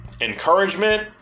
encouragement